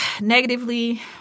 negatively